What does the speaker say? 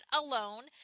alone